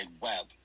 web